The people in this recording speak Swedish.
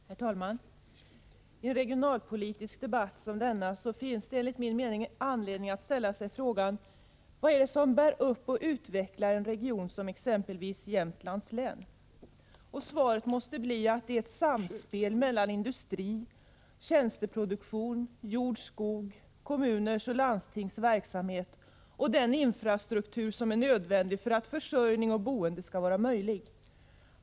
Herr talman! I en regionalpolitisk debatt som denna finns det enligt min mening anledning att ställa sig frågan vad det är som bär upp och utvecklar en region som exempelvis Jämtlands län. Svaret måste bli att det är ett samspel mellan industri, tjänsteproduktion, jordoch skogsbruk samt kommuners och landstings verksamhet och den infrastruktur som är nödvändig för att möjliggöra försörjning och boende.